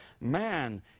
Man